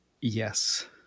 Yes